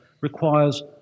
requires